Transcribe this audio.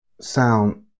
sound